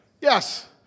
Yes